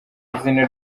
izina